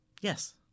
yes